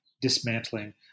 dismantling